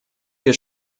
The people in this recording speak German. wir